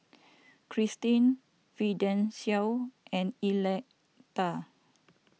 Kristine Fidencio and Electa